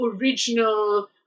original